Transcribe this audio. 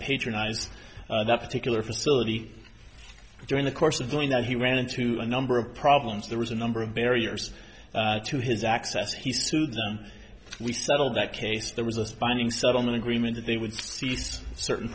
patronize that particular facility during the course of doing that he ran into a number of problems there was a number of barriers to his access he said we settled that case there was a binding settlement agreement that they would ce